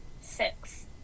six